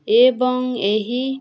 ଏବଂ ଏହି